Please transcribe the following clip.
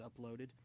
uploaded